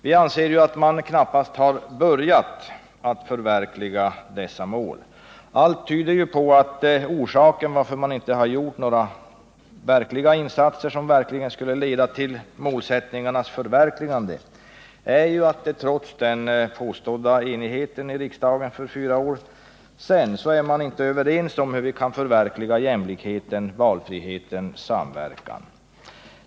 Vi anser att man knappast har börjat att förverkliga dessa mål. Allt tyder på att orsaken till att man inte har gjort några verkliga insatser som skulle leda till dessa målsättningars förverkligande är att man, trots den påstådda enigheten i riksdagen för fyra år sedan, inte är överens om hur vi kan förverkliga jämlikheten, valfriheten och samverkan.